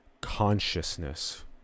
consciousness